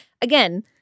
Again